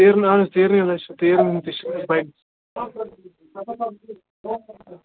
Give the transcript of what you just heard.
تیٖرن ہُنٛد تہِ چھُ